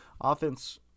offense